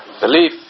Belief